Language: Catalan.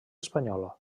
espanyola